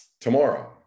tomorrow